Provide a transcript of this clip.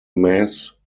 mass